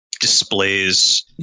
displays